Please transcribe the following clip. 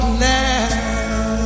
now